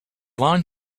line